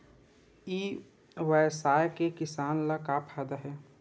ई व्यवसाय से किसान ला का फ़ायदा हे?